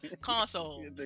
console